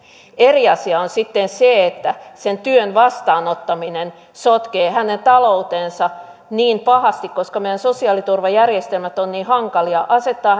eri asia on sitten se että työn vastaanottaminen sotkee hänen taloutensa niin pahasti koska meidän sosiaaliturvajärjestelmämme on niin hankala se asettaa